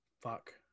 fuck